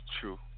true